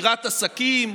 בסגירת עסקים,